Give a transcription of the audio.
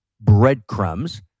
breadcrumbs